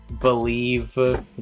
believe